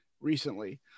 Recently